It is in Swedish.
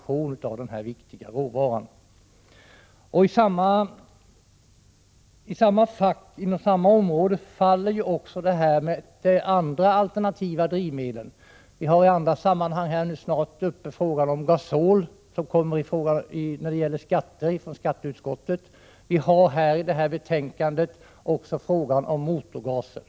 Inom samma område har vi också detta med andra alternativa drivmedel. Vi kommer i andra sammanhang att snart ha uppe frågan om gasol — det gäller beskattningen. I näringsutskottets betänkande behandlas vidare frågan om motorgaser.